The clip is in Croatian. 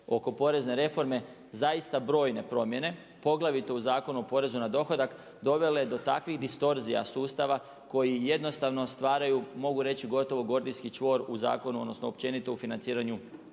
oko porezne reforme zaista brojne promjene, poglavito u Zakonu o porezu na dohodak dovele do takvih distorzija sustava koji jednostavno stvaraju mogu reći gotovo gordijski čvor u zakonu odnosno općenito u financiranju